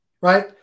right